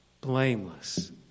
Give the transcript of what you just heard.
blameless